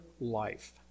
life